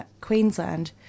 Queensland